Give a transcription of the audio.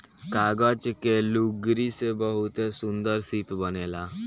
कागज के लुगरी से बहुते सुन्दर शिप बनेला